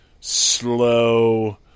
slow